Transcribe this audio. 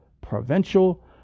provincial